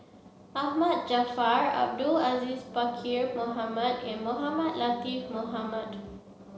Ahmad Jaafar Abdul Aziz Pakkeer Mohamed and Mohamed Latiff Mohamed